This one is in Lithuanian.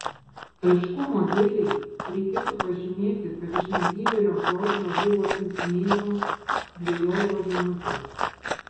aiškumo dėlei reikėtų pažymėti kad iš negyvėlio fjordo buvo siuntinėjamos dvejopos žinutės